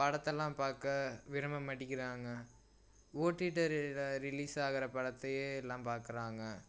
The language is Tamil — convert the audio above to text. படத்தெல்லாம் பார்க்க விரும்ப மாட்டிக்கிறாங்க ஓடிடரியில் ரிலீஸாகிற படத்தையே எல்லாம் பார்க்கறாங்க